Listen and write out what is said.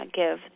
give